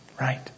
right